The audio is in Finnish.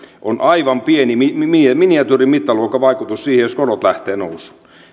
on aivan pieni miniatyyrimittaluokan vaikutus verrattuna siihen jos korot lähtevät nousuun